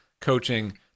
coaching